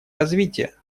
развития